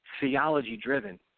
theology-driven